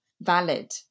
valid